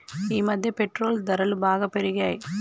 ఈమధ్య పెట్రోల్ ధరలు బాగా పెరిగాయి